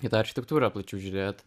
į tą architektūrą plačiau žiūrėt